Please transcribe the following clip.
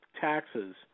taxes